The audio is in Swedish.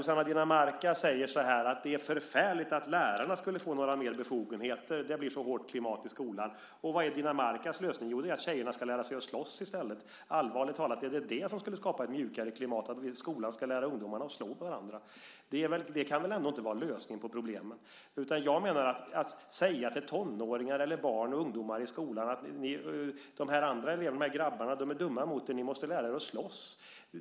Rossana Dinamarca säger att det är förfärligt att lärarna skulle få några mer befogenheter - det blir så hårt klimat i skolan. Men vad är Dinamarcas lösning? Jo, det är att tjejerna ska lära sig att slåss i stället. Allvarligt talat: Är det det som skulle skapa ett mjukare klimat - att skolan ska lära ungdomarna att slå varandra? Det kan väl ändå inte vara lösningen på problemet. Jag menar att man inte kan säga till tonåringar, barn och ungdomar i skolan: De här grabbarna är dumma mot er så ni måste lära er att slåss!